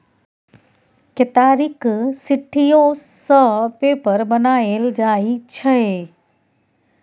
केतारीक सिट्ठीयो सँ पेपर बनाएल जाइ छै